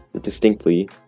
distinctly